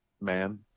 Man